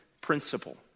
principle